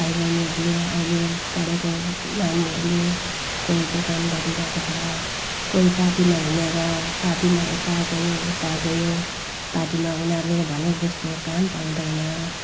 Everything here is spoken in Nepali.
भाइबैनीहरूले अहिले पढेको नानीहरूले कोही दोकान गरिरहेको छ कोही पार्टीमा हिँडेर पार्टीमा यता गयो उता गयो पार्टीमा उनीहरूले भनेको जस्तो काम पाउँदैन